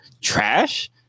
trash